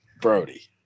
Brody